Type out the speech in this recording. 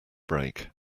break